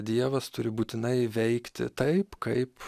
dievas turi būtinai veikti taip kaip